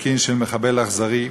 בסכין של מחבל אכזרי,